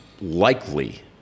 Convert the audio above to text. likely